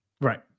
Right